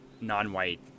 non-white